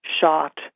shot